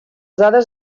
dades